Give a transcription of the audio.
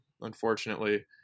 unfortunately